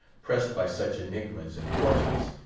pressed by such enigmas and portents,